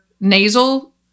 nasal